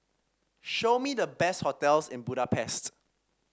show me the best hotels in Budapest